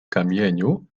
kamieniu